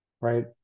right